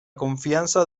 confianza